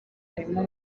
harimo